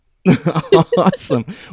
Awesome